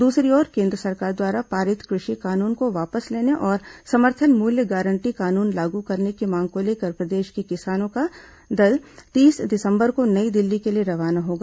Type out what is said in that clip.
दूसरी ओर केन्द्र सरकार द्वारा पारित कृषि कानून को वापस लेने और समर्थन मूल्य गारंटी कानून लागू करने की मांग को लेकर प्रदेश के किसानों का दल तीस दिसंबर को नई दिल्ली के लिए रवाना होगा